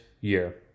year